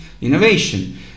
innovation